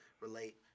relate